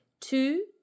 two